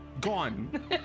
Gone